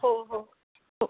हो हो हो